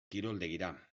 kiroldegira